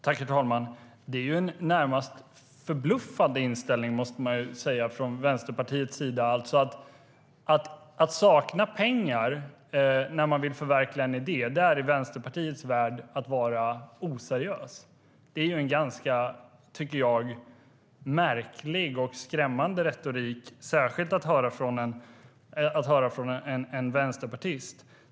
Herr talman! Det är en närmast förbluffande inställning från Vänsterpartiets sida. Att sakna pengar när man vill förverkliga en idé är i Vänsterpartiets värld att vara oseriös. Det är en märklig och skrämmande retorik, särskilt från en vänsterpartist.